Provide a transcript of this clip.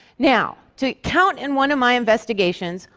now, to count in one of my investigations,